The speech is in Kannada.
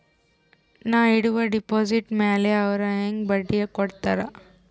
ನಾ ಇಡುವ ಡೆಪಾಜಿಟ್ ಮ್ಯಾಲ ಅವ್ರು ಹೆಂಗ ಬಡ್ಡಿ ಕೊಡುತ್ತಾರ?